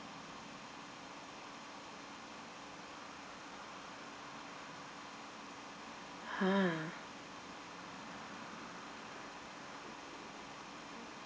!huh!